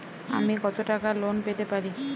আমি কত টাকা লোন পেতে পারি?